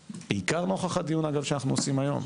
בעיקר, אגב, נוכח הדיון שאנחנו עושים היום.